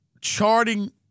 charting